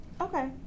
Okay